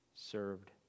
served